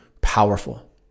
powerful